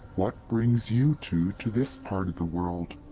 what brings you two to this part of the world?